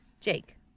Jake